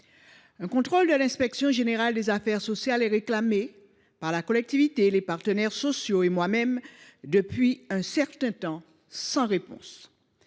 Un contrôle de l’inspection générale des affaires sociales (Igas) est réclamé par la collectivité, les partenaires sociaux et moi même depuis un certain temps, en vain.